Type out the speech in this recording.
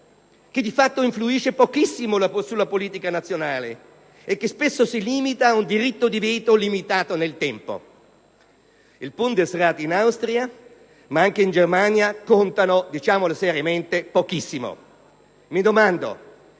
che di fatto influisce pochissimo sulla politica nazionale e che spesso si limita ad un diritto di veto limitato nel tempo? Il *Bundesrat* in Austria (anche in Germania) conta - diciamolo seriamente - pochissimo. Mi domando